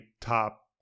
top